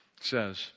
says